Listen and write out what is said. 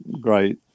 great